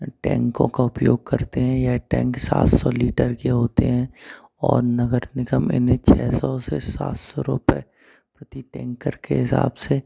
टैंकों का उपयोग करते हैं या टैंक सात सौ लीटर के होते हैं और नगर निगम इन्हें छः सौ से सात सौ रुपये प्रति टैंकर के हिसाब से